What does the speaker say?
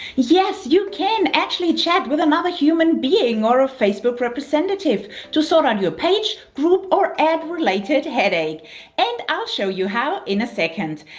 yes, you can actually chat with another human being or a facebook representative to sort out your page, group or ad-related headache and i'll show you how in a second.